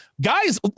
Guys